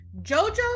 JoJo